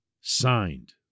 signed